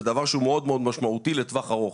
זה דבר שהוא מאוד מאוד משמעותי לטווח ארוך.